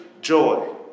joy